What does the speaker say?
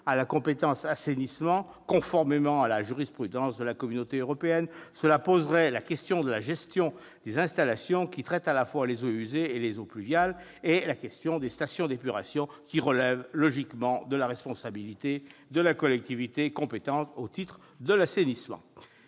à la compétence " assainissement ", conformément à la jurisprudence de la Communauté européenne, cela poserait la question de la gestion des installations qui traitent à la fois les eaux usées et les eaux pluviales [...], et des stations d'épuration, qui relèvent logiquement de la responsabilité de la collectivité compétente au titre de l'assainissement